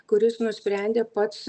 kuris nusprendė pats